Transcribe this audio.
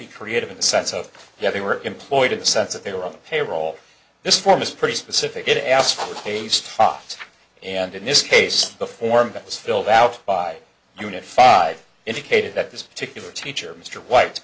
be creative in the sense of that they were employed in the sense that they were on payroll this form is pretty specific it asked for based off and in this case the form that was filled out by unified indicated that this particular teacher mr white